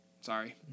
Sorry